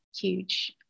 huge